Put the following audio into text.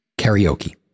Karaoke